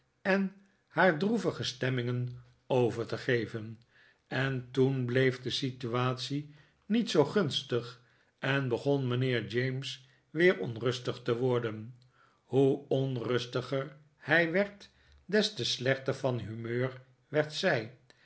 en haar droevige stenlmingen over te geven en toen bleef de situatie niet zoo gunstig en begon mijnheer james weer onrustig te worden hoe onrustiger hij werd des te slechter van humeur werd zij